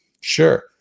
Sure